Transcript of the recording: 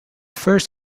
first